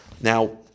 Now